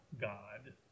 God